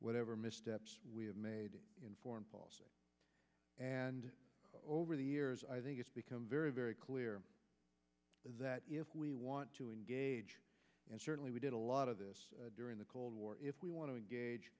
have made in foreign policy and over the years i think it's become very very clear that if we want to engage and certainly we did a lot of this during the cold war if we want to engage